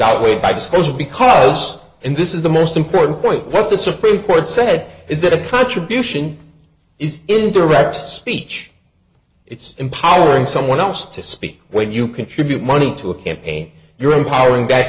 outweighed by disclosure because and this is the most important point what the supreme court said is that a contribution is indirect speech it's empowering someone else to speak when you contribute money to a campaign you're empowering back